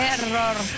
Error